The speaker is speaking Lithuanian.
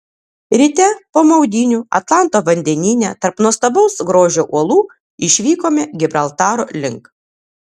ryte po maudynių atlanto vandenyne tarp nuostabaus grožio uolų išvykome gibraltaro link